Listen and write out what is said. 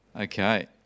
Okay